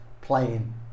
playing